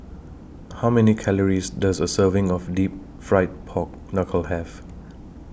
How Many Calories Does A Serving of Deep Fried Pork Knuckle Have